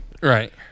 Right